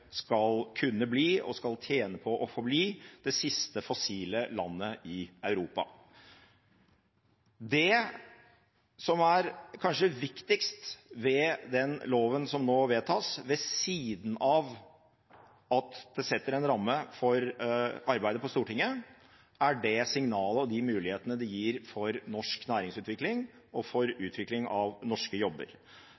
skal kunne bli – og skal tjene på å få bli – det siste fossile landet i Europa. Det som kanskje er viktigst ved den loven som nå vedtas, ved siden av at den setter en ramme for arbeidet på Stortinget, er det signalet og de mulighetene den gir for norsk næringsutvikling og for